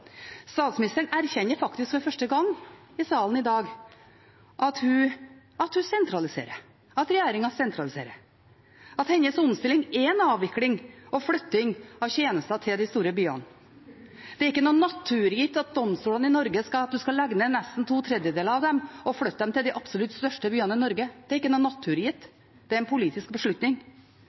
Statsministeren erkjenner faktisk for første gang i salen i dag at hun sentraliserer, at regjeringen sentraliserer, at hennes omstilling er en avvikling og flytting av tjenester til de store byene. Det er ikke naturgitt at du skal legge ned nesten to tredjedeler av domstolene i Norge og flytte dem til de absolutt største byene i Norge. Det er ikke naturgitt, det er en politisk beslutning.